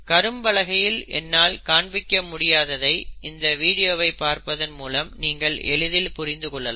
கரும்பலகையில் என்னால் காண்பிக்க முடியாததை இந்த வீடியோவை பார்ப்பதன் மூலம் நீங்கள் எளிதில் புரிந்து கொள்ளலாம்